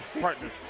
partners